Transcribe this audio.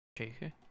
Okay